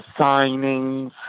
signings